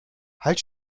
halt